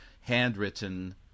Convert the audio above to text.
handwritten